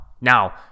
Now